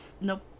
Nope